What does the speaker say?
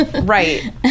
right